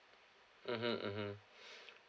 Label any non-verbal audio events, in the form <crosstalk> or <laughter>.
mmhmm mmhmm <breath>